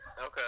Okay